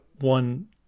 one